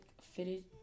fitted